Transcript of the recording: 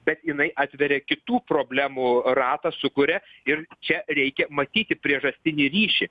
bet jinai atveria kitų problemų ratą sukuria ir čia reikia matyti priežastinį ryšį